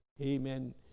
Amen